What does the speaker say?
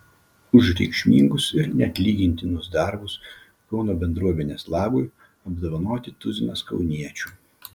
už reikšmingus ir neatlygintinus darbus kauno bendruomenės labui apdovanoti tuzinas kauniečių